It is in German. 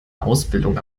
ausbildung